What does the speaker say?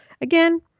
Again